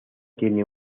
tiene